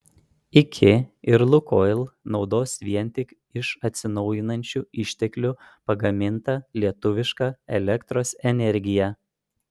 iki ir lukoil naudos vien tik iš atsinaujinančių išteklių pagamintą lietuvišką elektros energiją